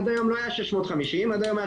עד היום לא היה 650. עד היום היה